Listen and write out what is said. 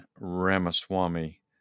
Ramaswamy